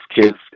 kids